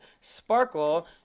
Sparkle